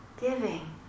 giving